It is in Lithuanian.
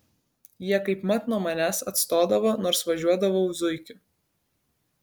jie kaip mat nuo manęs atstodavo nors važiuodavau zuikiu